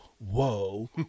whoa